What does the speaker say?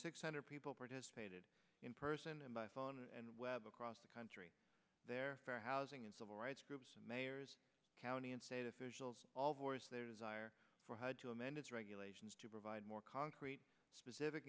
six hundred people participated in person and by phone and web across the country there are housing and civil rights groups and mayors county and state officials all voiced their desire for how to amend its regulations to provide more concrete specific